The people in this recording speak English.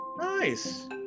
Nice